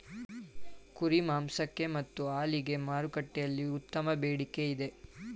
ಕುರಿ ಮಾಂಸಕ್ಕೆ ಮತ್ತು ಹಾಲಿಗೆ ಮಾರುಕಟ್ಟೆಯಲ್ಲಿ ಉತ್ತಮ ಬೇಡಿಕೆ ಇದೆ